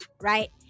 right